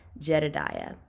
Jedidiah